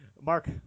Mark